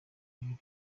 bibiri